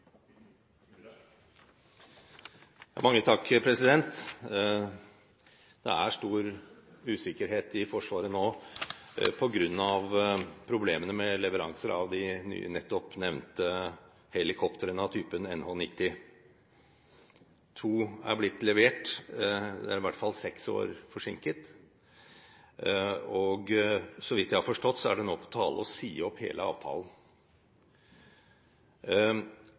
Det er nå stor usikkerhet i Forsvaret på grunn av problemene med leveranser av de nye nettopp nevnte helikoptrene av typen NH90. To er levert – i hvert fall seks år forsinket. Så vidt jeg har forstått, er det nå på tale å si opp hele avtalen.